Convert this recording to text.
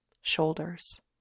Shoulders